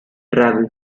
travel